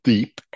Deep